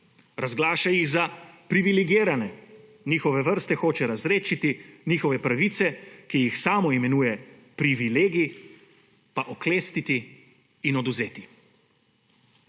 razglaša jih za privilegirane, njihove vrste hoče razredčiti, njihove pravice, ki jih samoimenuje privilegij, pa oklestiti in odvzeti.